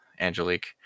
Angelique